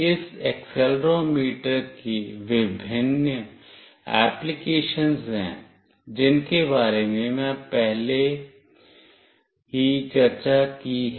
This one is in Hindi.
इस एक्सेलेरोमीटर के विभिन्न एप्लीकेशनस हैं जिनके बारे में मैंने पहले ही चर्चा की है